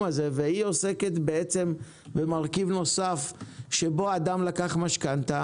הזה והיא עוסקת במרכיב נוסף שבו אדם לקח משכנתא,